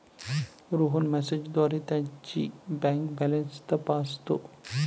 रोहन मेसेजद्वारे त्याची bank balance तपासतो